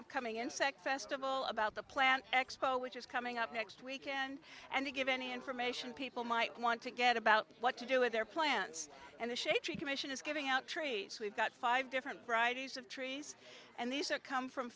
upcoming insect festival about the plant expo which is coming up next weekend and to give any information people might want to get about what to do with their plants and a shady tree commission is giving out tree we've got five different varieties of trees and these come from